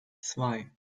zwei